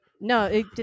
No